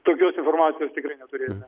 tokios informacijos tikrai neturėjome